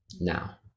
now